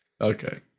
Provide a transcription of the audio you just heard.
Okay